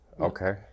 Okay